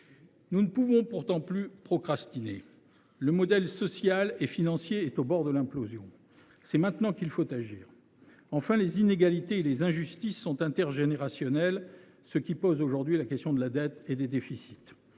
Nous ne pouvons plus procrastiner ! Notre modèle social et financier est au bord de l’implosion. C’est maintenant qu’il faut agir. Enfin, les inégalités et les injustices sont intergénérationnelles, ce qui pose la question de la dette et des déficits.